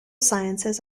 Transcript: sciences